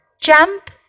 jump